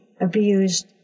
abused